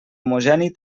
homogeni